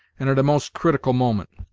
and at a most critical moment.